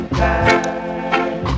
time